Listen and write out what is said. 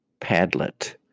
Padlet